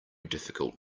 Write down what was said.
difficult